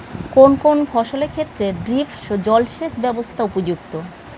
কোন কোন ফসলের ক্ষেত্রে ড্রিপ জলসেচ ব্যবস্থা উপযুক্ত?